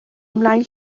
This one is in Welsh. ymlaen